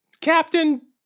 Captain